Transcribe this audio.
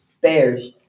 bears